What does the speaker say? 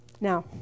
Now